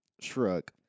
Shrug